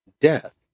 death